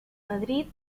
madrid